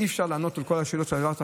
אי-אפשר לענות על כל השאלות ששאלת,